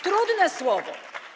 Trudne słowo.